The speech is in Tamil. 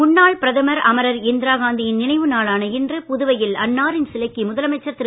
முன்னாள் பிரதமர் அமரர் இந்திராகாந்தியின் நினைவு நாளான இன்று புதுவையில் அன்னாரின் சிலைக்கு முதலமைச்சர் திரு